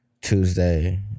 Tuesday